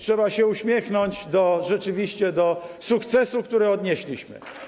Trzeba się uśmiechnąć rzeczywiście do sukcesu, który odnieśliśmy.